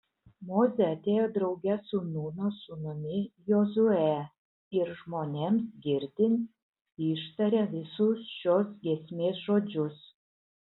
mozė atėjo drauge su nūno sūnumi jozue ir žmonėms girdint ištarė visus šios giesmės žodžius